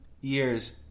years